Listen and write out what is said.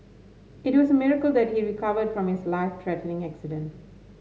it was a miracle that he recovered from his life threatening accident